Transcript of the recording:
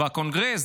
בקונגרס.